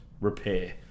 repair